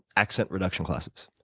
accent reduction classes.